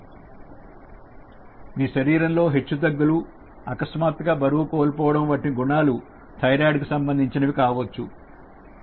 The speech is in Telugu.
మీ శరీరంలో హెచ్చుతగ్గులు అకస్మాత్తుగా బరువు కోల్పోవడం వంటి గుణాలు థైరాయిడ్ కు సంబంధించినవి కావచ్చు